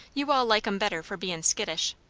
you all like em better for bein skittish.